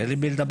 אין עם מי לדבר.